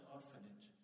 Orphanage